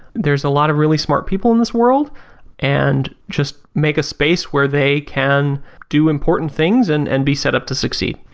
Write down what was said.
there is a lot of really smart people in this world and just make a space where they can do important things and and be set up to succeed.